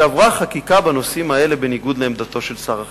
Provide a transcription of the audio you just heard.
שעברה חקיקה בנושאים האלה בניגוד לעמדתו של שר החינוך.